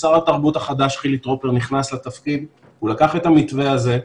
כששר התרבות החדש חילי טרופר נכנס לתפקיד הוא לקח את המתווה הזה,